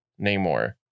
Namor